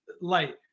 light